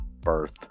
birth